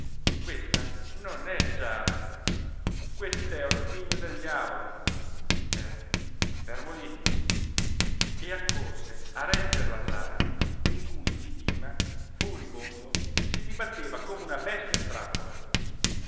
questa non è giara quest'è ordigno del diavolo fermo fermo lì e accorse a regger la giara in cui zi dima furibondo si dibatteva come una bestia